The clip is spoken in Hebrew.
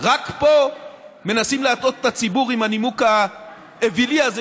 רק פה מנסים להטעות את הציבור עם הנימוק האווילי הזה,